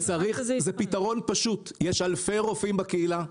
זה פתרון פשוט יש אלפי רופאים מצוינים בקהילה.